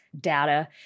data